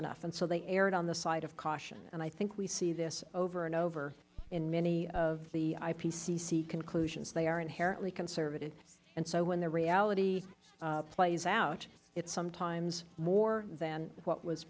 enough and so they erred on the side of caution and i think we see this over and over in many of the ipcc conclusions they are inherently conservative and so when the reality plays out it is sometimes more than what was